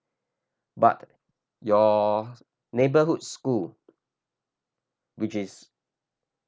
but your neighbourhood school which is